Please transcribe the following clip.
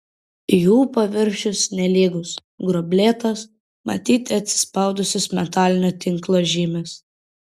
jų paviršius nelygus gruoblėtas matyti atsispaudusios metalinio tinklo žymės